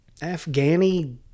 Afghani